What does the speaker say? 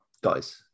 guys